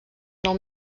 nou